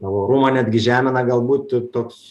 tavo orumą netgi žemina galbūt toks